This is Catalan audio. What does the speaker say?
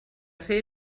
fer